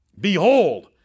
Behold